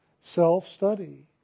self-study